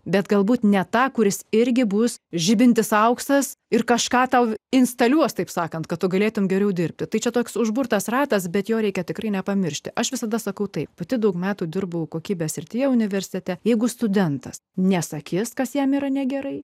bet galbūt ne tą kuris irgi bus žibintis auksas ir kažką tau instaliuos taip sakant kad tu galėtumei geriau dirbti tai čia toks užburtas ratas bet jo reikia tikrai nepamiršti aš visada sakau taip pati daug metų dirbau kokybės srityje universitete jeigu studentas nesakys kas jam yra negerai